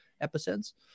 episodes